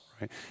right